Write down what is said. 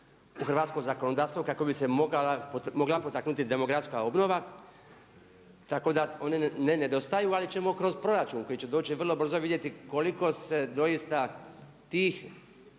u hrvatsko zakonodavstvo kako bi se mogla potaknuti demografska obnova tako da oni ne nedostaju. Ali ćemo kroz proračun koji će doći vrlo brzo vidjeti koliko se doista tih